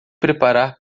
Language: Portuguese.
preparar